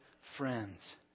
friends